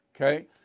okay